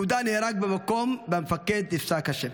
יהודה נהרג במקום והמפקד נפצע קשה.